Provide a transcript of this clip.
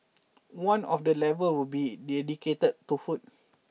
one of the level will be dedicated to food